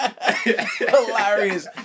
hilarious